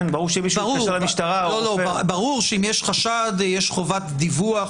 ברור שאם יש חשד, יש חובת דיווח.